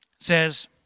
Says